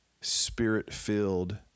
spirit-filled